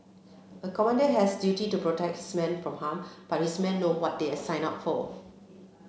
a commander has duty to protect his men from harm but his men know what they signed up for